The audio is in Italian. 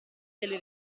delle